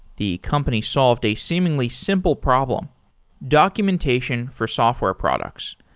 the company solved a seemingly simple problem documentation for software products.